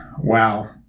Wow